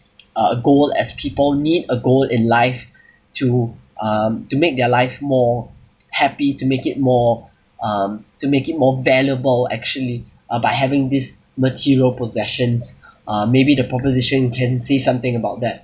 uh a goal as people need a goal in life to um to make their life more happy to make it more um to make it more valuable actually uh by having this material possessions uh maybe the proposition can say something about that